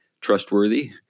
trustworthy